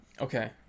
Okay